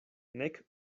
nek